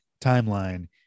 timeline